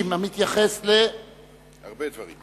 60), המתייחס, הרבה דברים.